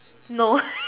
no